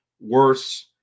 worse